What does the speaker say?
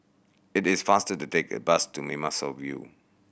it is faster to take a bus to Mimosa View